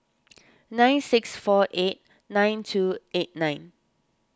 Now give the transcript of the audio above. nine six four eight nine two eight nine